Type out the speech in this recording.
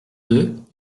deux